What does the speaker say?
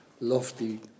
lofty